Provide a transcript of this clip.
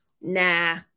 Nah